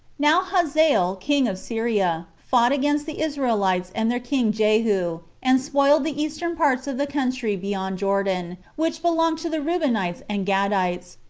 now hazael, king of syria, fought against the israelites and their king jehu, and spoiled the eastern parts of the country beyond jordan, which belonged to the reubenites and gadites,